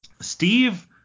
Steve